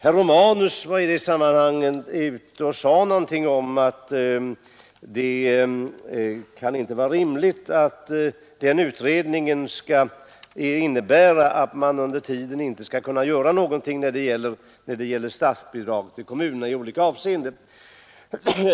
Herr Romanus sade i det sammanhanget att det inte kan vara rimligt att den utredningen skall innebära att man under tiden inte får göra någonting när det gäller statsbidrag till kommunerna i olika avseenden.